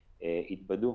התבדו.